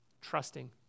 trusting